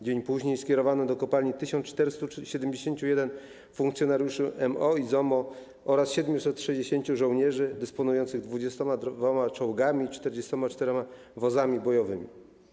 Dzień później skierowano do kopalni 1471 funkcjonariuszy MO i ZOMO oraz 760 żołnierzy dysponujących 22 czołgami i 44 wozami bojowymi.